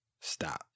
stop